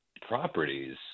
properties